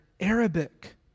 Arabic